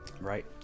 Right